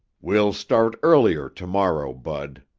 we'll start earlier tomorrow, bud,